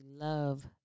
love